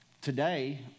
today